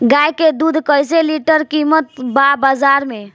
गाय के दूध कइसे लीटर कीमत बा बाज़ार मे?